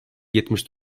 yetmiş